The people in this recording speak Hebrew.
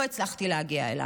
לא הצלחתי להגיע אליו.